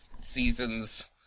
seasons